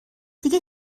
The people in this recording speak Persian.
دیگه